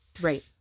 right